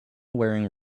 wearing